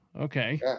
Okay